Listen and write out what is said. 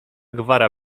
gwara